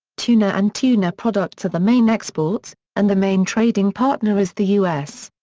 tuna and tuna products are the main exports, and the main trading partner is the us.